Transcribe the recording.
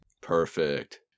Perfect